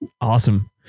Awesome